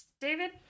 David